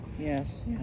yes